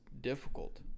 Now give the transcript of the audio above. difficult